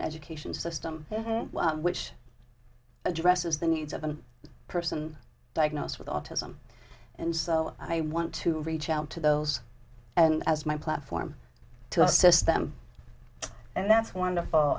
an education system which addresses the needs of a person diagnosed with autism and so i want to reach out to those and as my platform to assist them and that's wonderful